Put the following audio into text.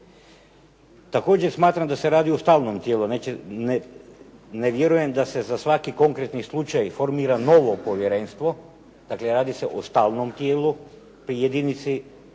Također smatram da se radi o stalnom tijelu, ne vjerujem da se za svaki konkretni slučaj formira novo povjerenstvo, dakle radi se o stalnom tijelu pri jedinici